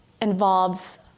involves